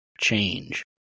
change